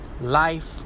life